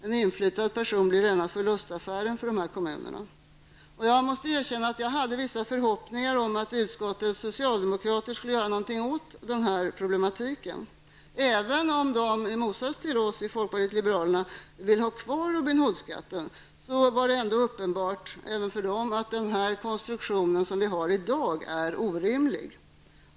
En inflyttad person blir rena förlustaffären för dessa kommuner. Jag måste erkänna att jag hade vissa förhoppningar om att utskottets socialdemokrater skulle göra något åt den här problematiken. Även om de, i motsats till oss i folkpartiet liberalerna, vill ha kvar Robin Hood-skatten, var det uppenbart även för dem att den konstruktion vi har i dag är orimlig.